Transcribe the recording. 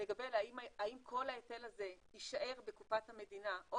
לגבי האם כל ההיטל הזה יישאר בקופת המדינה או